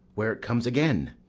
where it comes again!